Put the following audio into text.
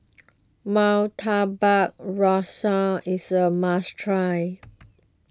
Murtabak Rusa is a must try